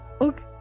Okay